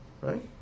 Right